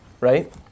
right